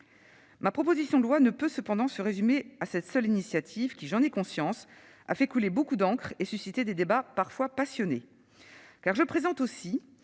Ma proposition de loi ne peut cependant se résumer à cette seule initiative qui, j'en ai conscience, a fait couler beaucoup d'encre et suscité des débats parfois passionnés. Car je présente aussi